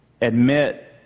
Admit